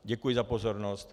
Děkuji za pozornost.